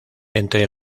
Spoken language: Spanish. entre